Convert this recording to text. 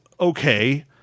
okay